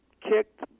kicked